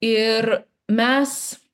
ir mes